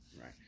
right